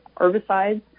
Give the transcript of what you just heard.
herbicides